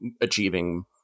achieving